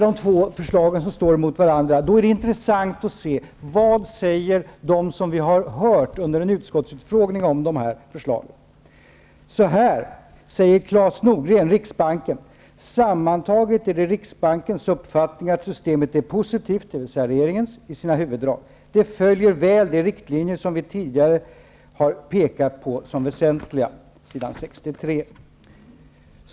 Då är det intressant att veta: Vad säger de som vi har hört i en utskottsutfrågning om dessa förslag? Så här säger Claes Norgren, riksbanken: ''Sammantaget är det riksbankens uppfattning att systemet är positivt i sina huvuddrag. Det följer väl de riktlinjer som vi tidigare har pekat på som väsentliga.''